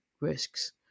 risks